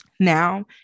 Now